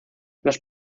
los